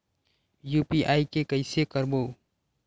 UPI के कइसे करबो?